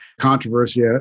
controversy